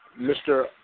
Mr